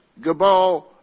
Gabal